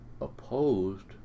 opposed